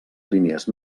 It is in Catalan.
línies